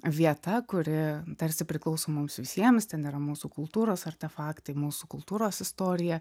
vieta kuri tarsi priklauso mums visiems ten yra mūsų kultūros artefaktai mūsų kultūros istorija